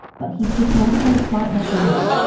but he's just not quite smart enough for her.